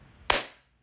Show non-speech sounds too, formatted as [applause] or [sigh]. [noise]